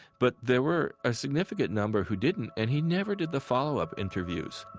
but there were a significant number who didn't. and he never did the follow-up interviews